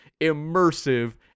immersive